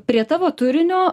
prie tavo turinio